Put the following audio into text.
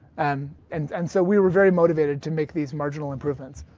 and and and so we were very motivated to make these marginal improvements.